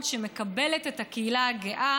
בפתיחת חודש הגאווה,